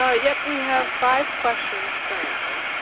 ah yep. we have five questions currently.